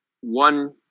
one